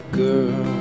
girl